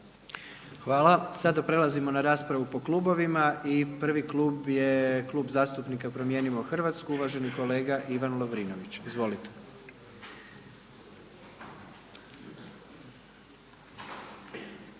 Hvala. Sada prelazimo na raspravu po klubovima i prvi klub je Klub zastupnika Promijenimo Hrvatsku, uvaženi kolega Ivan Lovrinović. Izvolite.